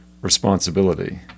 responsibility